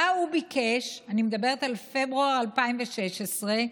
ואני מדברת על פברואר 2016,